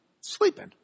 sleeping